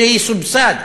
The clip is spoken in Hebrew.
שיסובסד,